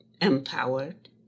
empowered